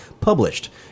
published